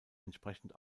entsprechend